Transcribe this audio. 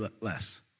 less